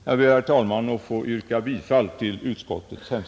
Jag ber, herr talman, att få yrka bifall till utskottets hemställan.